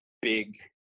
big